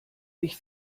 ich